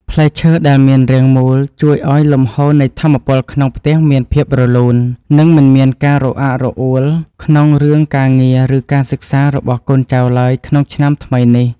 ផ្លែឈើដែលមានរាងមូលជួយឱ្យលំហូរនៃថាមពលក្នុងផ្ទះមានភាពរលូន និង មិនមានការរអាក់រអួលក្នុងរឿងការងារឬការសិក្សារបស់កូនចៅឡើយក្នុងឆ្នាំថ្មីនេះ។